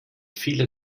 viele